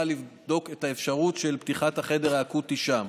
לבדוק את האפשרות של פתיחת החדר האקוטי שם.